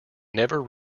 never